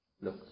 Look